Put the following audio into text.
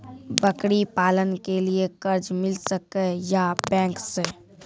बकरी पालन के लिए कर्ज मिल सके या बैंक से?